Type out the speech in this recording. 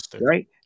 right